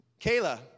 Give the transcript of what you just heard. Kayla